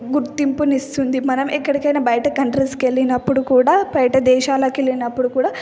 గుర్తింపును ఇస్తుంది మనం ఎక్కడికైనా బయట కంట్రీస్కి వెళ్ళినప్పుడు కూడా బయట దేశాలకు వెళ్ళినప్పుడు కూడా